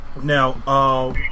Now